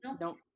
No